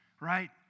Right